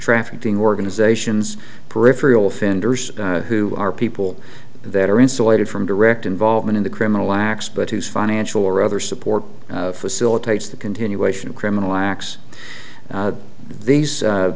trafficking organizations peripherial offenders who are people that are insulated from direct involvement in the criminal acts but whose financial or other support facilitates the continuation of criminal acts these